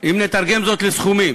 אם נתרגם זאת לסכומים,